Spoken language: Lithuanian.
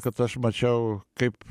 kad aš mačiau kaip